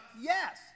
Yes